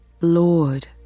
Lord